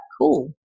cool